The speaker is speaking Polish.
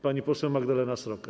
Pani poseł Magdalena Sroka.